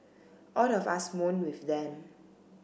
all of us mourn with them